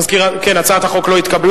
ברית הזוגיות, התש"ע 2010,